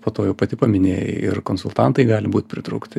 po to jau pati paminėjai ir konsultantai gali būt pritraukti